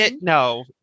No